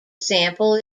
sample